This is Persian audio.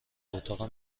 اتاق